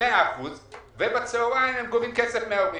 100 אחוזים ובצוהריים הם גובים כסף מההורים.